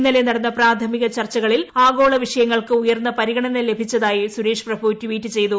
ഇന്നലെ നടന്ന പ്രാഥമിക ചർച്ചകളിൽ ആഗോള വിഷയങ്ങൾക്ക് ഉയർന്ന പരിഗണന ലഭിച്ചതായി സുരേഷ് പ്രഭു ട് ട്വീറ്റ് ചെയ്തു